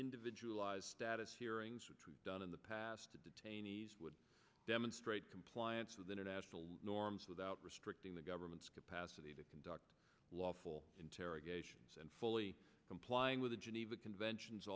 individualized status hearings done in the past to detainees would demonstrate compliance with international norms without restricting the government's capacity to conduct lawful interrogations and fully complying with the geneva convention